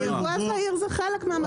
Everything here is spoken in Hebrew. הייבוא הזעיר הוא חלק מהמקביל.